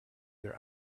their